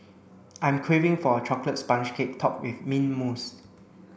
I'm craving for a chocolate sponge cake topped with mint mousse